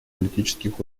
политических